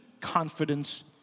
confidence